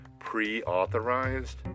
pre-authorized